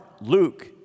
Luke